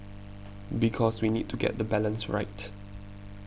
because we need to get the balance right